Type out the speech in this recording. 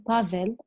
Pavel